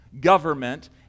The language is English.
government